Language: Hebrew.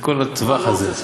כל הטווח הזה.